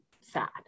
sad